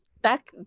back